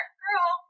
girl